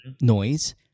noise